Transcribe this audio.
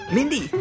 Mindy